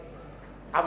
לעתים,